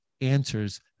answers